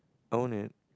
own it